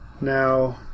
Now